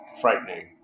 frightening